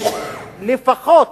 יש לפחות